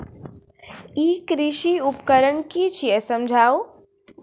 ई कृषि उपकरण कि छियै समझाऊ?